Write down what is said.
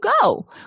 go